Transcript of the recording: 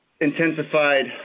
intensified